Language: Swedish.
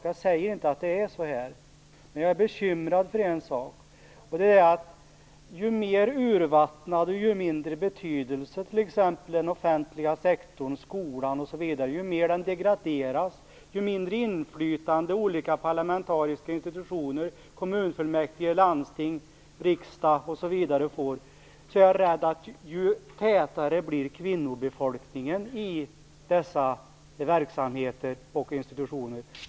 Jag säger inte att det är så, men jag är bekymrad för en sak, och det är att ju mer urvattnad och ju mindre betydelse den offentliga sektorn får, ju mer den degraderas, ju mindre inflytande olika parlamentariska institutioner, kommunfullmäktige, landsting och riksdag får, desto högre blir kvinnorepresentationen i dessa verksamheter och institutioner.